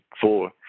four